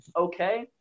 okay